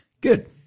Good